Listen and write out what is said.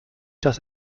das